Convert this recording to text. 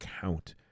count